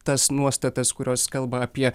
tas nuostatas kurios kalba apie